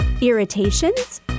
Irritations